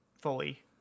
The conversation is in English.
fully